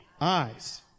Eyes